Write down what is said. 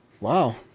Wow